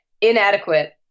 inadequate